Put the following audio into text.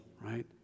right